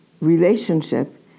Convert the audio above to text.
relationship